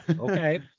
okay